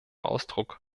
ausdruck